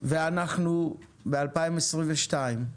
ואנחנו ב-2022,